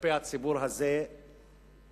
כלפי הציבור הזה הם